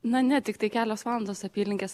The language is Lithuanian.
na ne tiktai kelios valandos apylinkės atidarytos tiesa